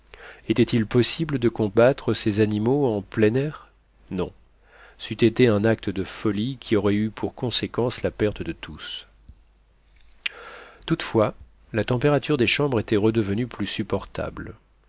était-il possible de combattre ces animaux en plein air non c'eût été un acte de folie qui aurait eu pour conséquence la perte de tous toutefois la température des chambres était redevenue plus supportable